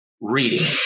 reading